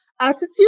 attitude